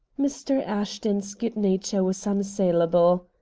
mr. ashton's good nature was unassailable.